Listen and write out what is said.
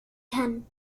kann